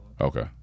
okay